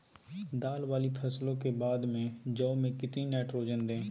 दाल वाली फसलों के बाद में जौ में कितनी नाइट्रोजन दें?